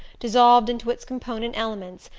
dissolved into its component elements,